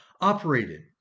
operated